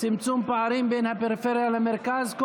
צמצום פערים בין הפריפריה למרכז).